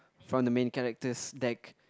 from the main character's deck